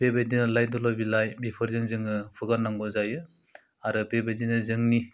बेबायदिनो लाइ दलर बिलाइ बेफोरजों जोङो फुगार नांगौ जायो आरो बेबायदिनो जोंनि